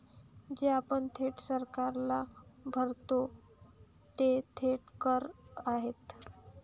जे आपण थेट सरकारला भरतो ते थेट कर आहेत